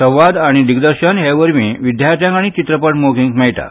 संवाद आनी दिग्दर्शन हे वरवीं विद्यार्थ्यांक आनी चित्रपट मोगींक मेळटा